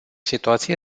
situație